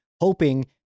hoping